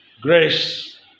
Grace